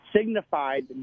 signified